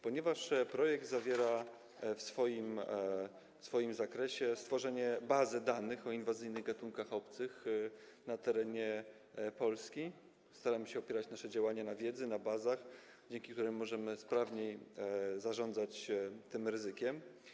Ponieważ projekt obejmuje swoim zakresem stworzenie bazy danych o inwazyjnych gatunkach obcych na terenie Polski, staramy się opierać nasze działania na wiedzy, na bazach, dzięki którym możemy sprawniej zarządzać tym ryzykiem.